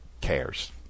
cares